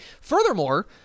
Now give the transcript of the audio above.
furthermore